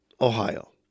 Ohio